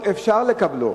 אפשר לקבלו.